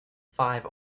five